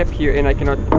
here and i cannot